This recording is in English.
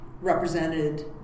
represented